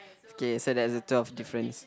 okay so there's a twelve difference